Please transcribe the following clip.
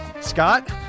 Scott